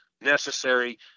necessary